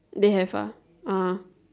they have ah ah